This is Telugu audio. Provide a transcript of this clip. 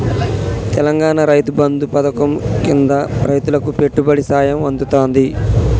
తెలంగాణాల రైతు బంధు పథకం కింద రైతులకు పెట్టుబడి సాయం అందుతాంది